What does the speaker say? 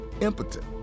impotent